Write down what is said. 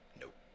Nope